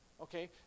Okay